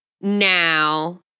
now